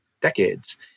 decades